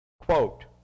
Quote